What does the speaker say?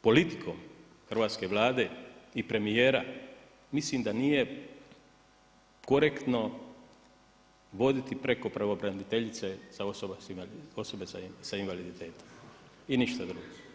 politikom hrvatske vlade i premjera mislim da nije korektno voditi preko pravobraniteljice za osobe s invaliditetom i ništa drugo.